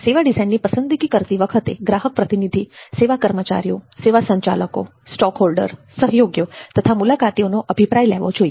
સેવા ડિઝાઈનની પસંદગી કરતી વખતે ગ્રાહક પ્રતિનિધિ સેવા કર્મચારીઓ સેવા સંચાલકો સ્ટોકહોલ્ડરો સહયોગીઓ તથા મુલાકાતીઓનો અભિપ્રાય લેવા જોઈએ